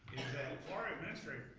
that florida administrator,